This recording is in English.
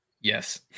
Yes